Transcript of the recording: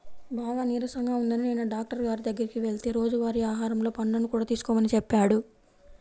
బాగా నీరసంగా ఉందని నిన్న డాక్టరు గారి దగ్గరికి వెళ్తే రోజువారీ ఆహారంలో పండ్లను కూడా తీసుకోమని చెప్పాడు